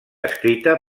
escrita